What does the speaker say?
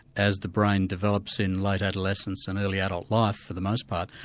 as the brain develops in late adolescence and early adult life for the most part,